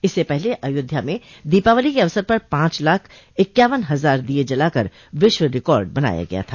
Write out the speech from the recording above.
इससे पहले अयोध्या में दीपावली के अवसर पर पांच लाख इक्यावन हजार दिये जनाकर विश्व रिकार्ड बनाया गया था